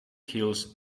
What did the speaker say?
kills